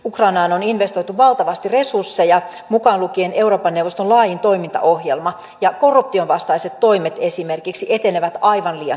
ukrainaan on investoitu valtavasti resursseja mukaan lukien euroopan neuvoston laajin toimintaohjelma ja korruptionvastaiset toimet esimerkiksi etenevät aivan liian hitaasti